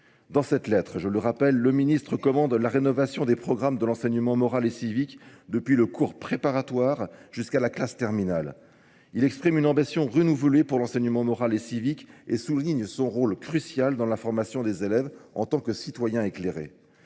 Dans cette lettre, je le rappelle, le ministre commande la rénovation des programmes de l'enseignement moral et civique depuis le cours préparatoire jusqu'à la classe terminale. Il exprime une ambition renouvelée pour l'enseignement moral et civique et souligne son rôle crucial dans l'information des élèves en tant que citoyen éclairé.